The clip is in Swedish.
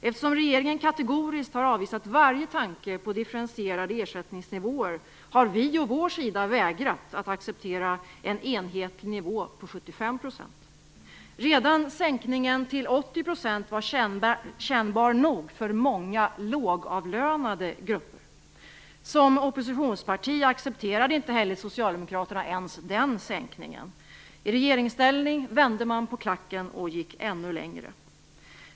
Eftersom regeringen kategoriskt har avvisat varje tanke på differentierade ersättningsnivåer har vi å vår sida vägrat acceptera en enhetlig nivå på 75 %. Redan sänkningen till 80 % var kännbar nog för många lågavlönade grupper. Som oppositionsparti accepterade inte heller socialdemokraterna den sänkningen. I regeringsställning vände man på klacken och gick ännu längre.